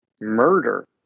murder